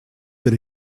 that